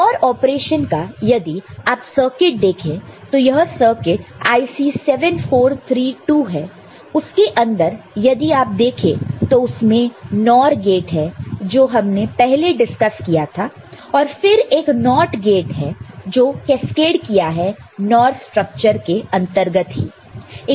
OR operation का यदि आप सर्किट देखें तो यह सर्किट IC 7432 है उसके अंदर यदि आप देखें तो उसमें NOR गेट है जो हमने पहले डिस्कस किया था और फिर एक NOT गेट है जो कैस्केड किया है NOR स्ट्रक्चर के अंतर्गत थी